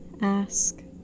Ask